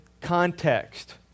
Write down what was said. context